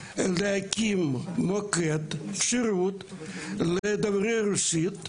להקים מוקד שירות לדוברי רוסית,